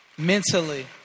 Mentally